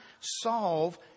solve